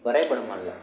வரைபடமல்ல